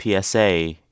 PSA